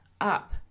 up